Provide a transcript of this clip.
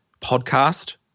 podcast